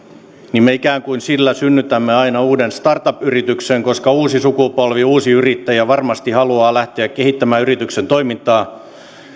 me ikään kuin sillä synnytämme aina uuden startup yrityksen koska uusi sukupolvi uusi yrittäjä varmasti haluaa lähteä kehittämään yrityksen toimintaa